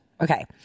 Okay